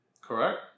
Correct